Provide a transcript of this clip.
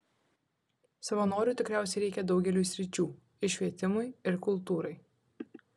savanorių tikriausiai reikia daugeliui sričių ir švietimui ir kultūrai